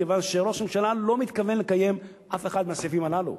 כיוון שראש הממשלה לא מתכוון לקיים אף אחד מהסעיפים הללו.